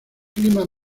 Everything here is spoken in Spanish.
clima